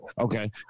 Okay